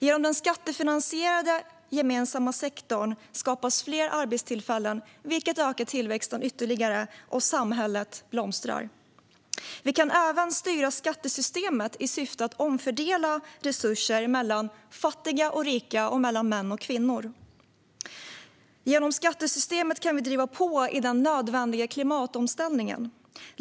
Genom den skattefinansierade gemensamma sektorn skapas fler arbetstillfällen, vilket ökar tillväxten ytterligare, och samhället blomstrar. Vi kan även styra skattesystemet i syfte att omfördela resurser mellan fattiga och rika och mellan män och kvinnor. Genom skattesystemet kan vi driva på i den nödvändiga klimatomställningen.